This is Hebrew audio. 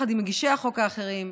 יחד עם מגישי החוק האחרים,